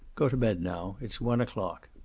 get to bed now. it's one o'clock.